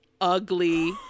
Ugly